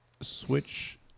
switch